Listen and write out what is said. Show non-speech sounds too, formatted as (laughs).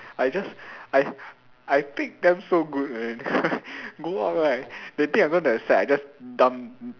I just I I pick them so good man (laughs) go out right they think I going that side but I just dump